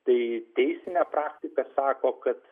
tai teisinė praktika sako kad